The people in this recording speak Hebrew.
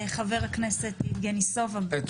חבר הכנסת יבגני סובה, בבקשה.